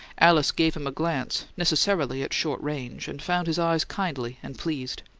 alice gave him a glance, necessarily at short range, and found his eyes kindly and pleased.